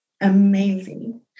Amazing